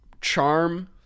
charm